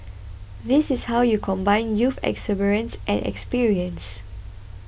this is how you combine youth exuberance and experience